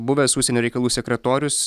buvęs užsienio reikalų sekretorius